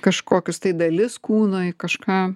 kažkokius tai dalis kūno į kažką